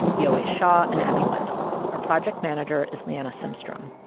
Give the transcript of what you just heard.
yowei shaw and abby wendle. our project manager is liana simstrom.